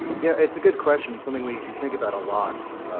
yeah, it's a good question. something we think about a lot,